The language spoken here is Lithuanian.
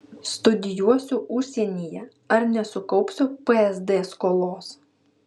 studijuosiu užsienyje ar nesukaupsiu psd skolos